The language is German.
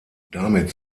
damit